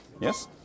yes